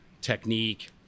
technique